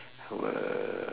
I will